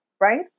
right